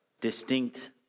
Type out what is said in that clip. distinct